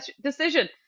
decision